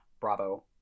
bravo